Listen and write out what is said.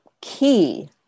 key